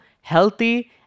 healthy